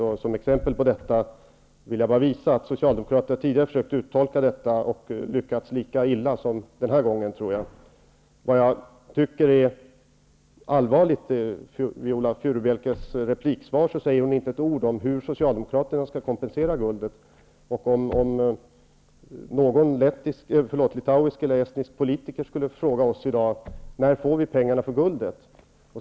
Jag ville som ett exempel bara visa att socialdemokraterna när de tidigare försökt uttolka detta lyckats lika illa som jag tror att de har gjort den här gången. Vad som är allvarligt i Viola Furubjelkes repliksvar är att hon inte säger ett ord om hur Socialdemokraterna vill att guldet skall kompenseras. Om någon litauisk eller estnisk politiker skulle fråga oss i dag: När får vi pengarna för guldet?